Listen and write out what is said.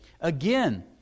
Again